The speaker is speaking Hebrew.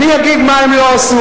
אני מעכשיו לא אשתמש,